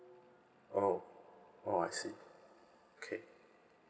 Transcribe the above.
oh oh I see okay